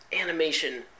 Animation